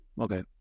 Okay